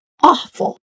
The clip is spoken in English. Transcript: awful